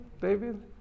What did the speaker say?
David